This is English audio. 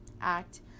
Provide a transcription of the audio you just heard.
Act